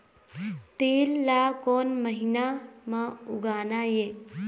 तील ला कोन महीना म उगाना ये?